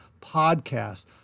podcast